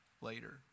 later